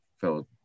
fellow